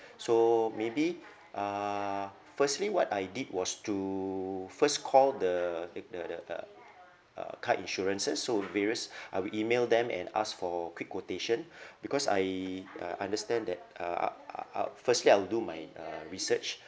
so maybe uh firstly what I did was to first call the in~ the the the uh car insurances so various I will email them and ask for quick quotation because I uh understand that uh I'll uh I'll firstly I'll do my uh research